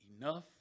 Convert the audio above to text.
enough